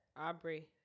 Aubrey